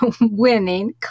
winning